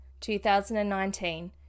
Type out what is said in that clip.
2019